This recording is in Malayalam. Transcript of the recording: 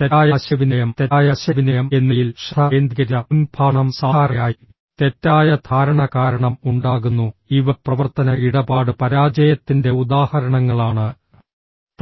തെറ്റായ ആശയവിനിമയം തെറ്റായ ആശയവിനിമയം എന്നിവയിൽ ശ്രദ്ധ കേന്ദ്രീകരിച്ച മുൻ പ്രഭാഷണം സാധാരണയായി തെറ്റായ ധാരണ കാരണം ഉണ്ടാകുന്നു ഇവ പ്രവർത്തന ഇടപാട് പരാജയത്തിന്റെ ഉദാഹരണങ്ങളാണ്